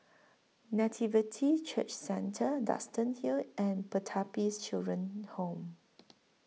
Nativity Church Centre Duxton Hill and Pertapis Children Home